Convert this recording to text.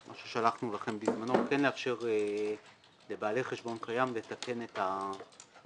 שלחנו לכם וביקשנו כן לאפשר לבעלי חשבון קיים לתקן את -- כן,